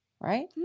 right